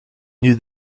knew